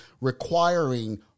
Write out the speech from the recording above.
requiring